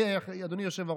אדוני היושב-ראש?